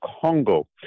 Congo